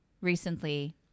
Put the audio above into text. recently –